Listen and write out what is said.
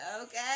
Okay